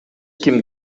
ким